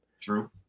True